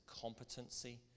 competency